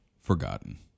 forgotten